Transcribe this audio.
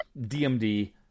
DMD